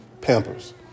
pampers